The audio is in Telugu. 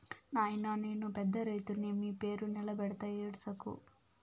నాయినా నేను పెద్ద రైతుని మీ పేరు నిలబెడతా ఏడ్సకు